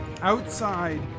Outside